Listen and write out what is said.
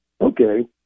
okay